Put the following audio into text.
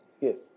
Yes